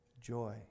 joy